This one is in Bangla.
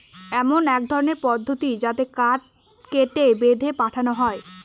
এমন এক ধরনের পদ্ধতি যাতে কাঠ কেটে, বেঁধে পাঠানো হয়